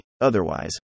Otherwise